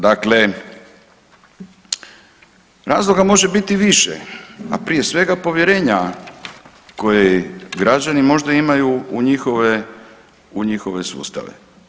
Dakle razloga može biti više, a prije svega povjerenja koje građani možda imaju u njihove sustave.